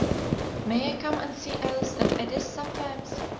may i come and see alice and edith sometimes?